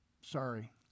Sorry